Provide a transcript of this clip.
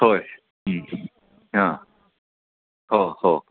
होय हो हो